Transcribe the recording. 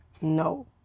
No